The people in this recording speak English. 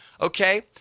Okay